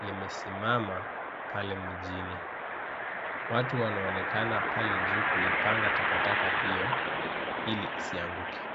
limesimama pale mjini. Watu wanaonekana pale juu, kuipanga takataka hiyo ili isianguke.